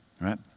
right